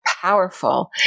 powerful